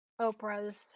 Oprah's